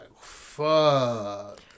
fuck